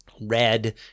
red